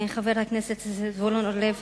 חבר הכנסת זבולון אורלב.